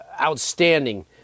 outstanding